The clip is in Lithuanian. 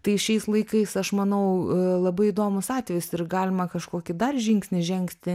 tai šiais laikais aš manau labai įdomus atvejis ir galima kažkokį dar žingsnį žengti